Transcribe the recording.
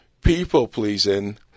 people-pleasing